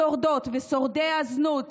שורדות ושורדי הזנות,